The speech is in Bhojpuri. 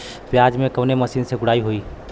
प्याज में कवने मशीन से गुड़ाई होई?